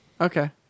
okay